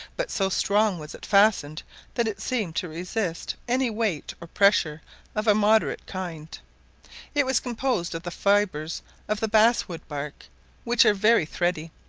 but so strong was it fastened that it seemed to resist any weight or pressure of a moderate kind it was composed of the fibres of the bass-wood bark which are very thready,